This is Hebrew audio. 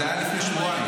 זה היה לפני שבועיים.